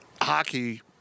hockey